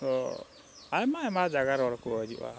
ᱛᱚ ᱟᱭᱢᱟ ᱟᱭᱢᱟ ᱡᱟᱭᱜᱟ ᱨᱮᱱ ᱦᱚᱲ ᱠᱚ ᱦᱤᱡᱩᱜᱼᱟ